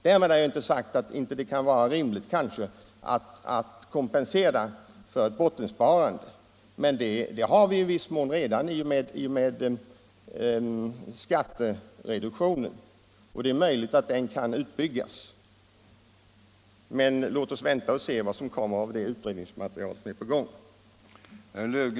Därmed har jag inte sagt att det inte kan vara rimligt att kompensera ett visst bottensparande. Sådan kompensation finns ju redan i viss mån i och med skattereduktionen, och det är möjligt att denna kan och bör utökas. Låt oss emellertid vänta och se vad som kommer ut av den utredning som pågår.